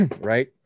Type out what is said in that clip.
right